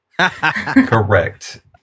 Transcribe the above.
Correct